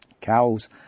cows